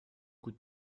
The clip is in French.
coup